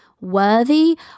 worthy